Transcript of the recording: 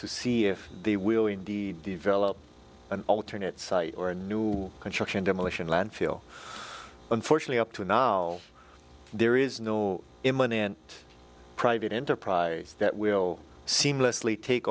to see if they will indeed develop an alternate site or a new construction demolition landfill unfortunately up to a novel there is no imminent private enterprise that will seamlessly take